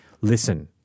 listen